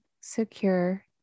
secure